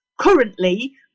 currently